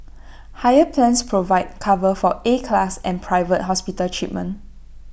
higher plans provide cover for A class and private hospital treatment